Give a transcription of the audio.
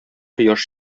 кояш